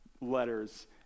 letters